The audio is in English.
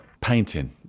painting